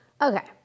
Okay